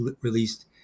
released